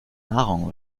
nahrung